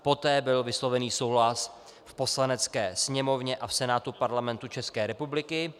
Poté byl vysloven souhlas v Poslanecké sněmovně a v Senátu Parlamentu České republiky.